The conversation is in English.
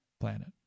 planet